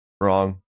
Wrong